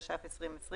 הקובעת התש"ף -2020,